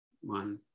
one